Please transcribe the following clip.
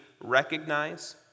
recognize